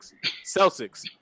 Celtics